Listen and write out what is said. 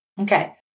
Okay